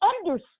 understand